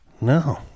no